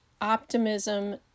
optimism